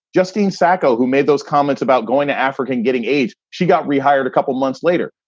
justine sacco, who made those comments about going to africa and getting aids. she got rehired a couple of months later.